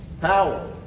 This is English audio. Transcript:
power